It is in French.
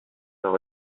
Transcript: leur